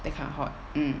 that kind of hot mm